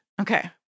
Okay